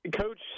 Coach